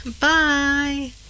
bye